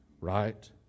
right